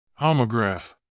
Homograph